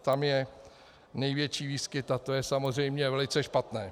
Tam je největší výskyt a to je samozřejmě velice špatné.